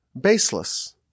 baseless